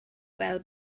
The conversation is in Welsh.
fel